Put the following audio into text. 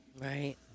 right